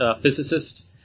physicist